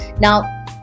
now